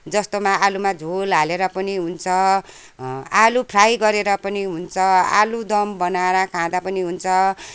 जस्तोमा आलुमा झोल हालेर पनि हुन्छ आलु फ्राई गरेर पनि हुन्छ आलुदम बनाएर खाँदा पनि हुन्छ